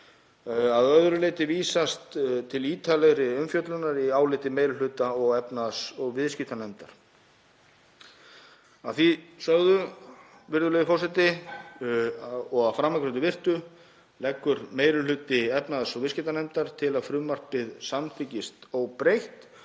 Að öðru leyti vísast til ítarlegri umfjöllunar í áliti meiri hluta efnahags- og viðskiptanefndar. Að því sögðu, virðulegur forseti, og að framangreindu virtu leggur meiri hluti efnahags- og viðskiptanefndar til að frumvarpið samþykkist óbreytt.